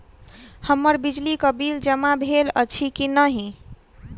हम्मर बिजली कऽ बिल जमा भेल अछि की नहि?